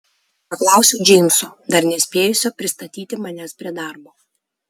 paklausiau džeimso dar nespėjusio pristatyti manęs prie darbo